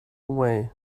away